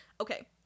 Okay